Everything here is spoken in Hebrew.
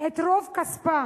את רוב כספה